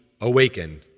awakened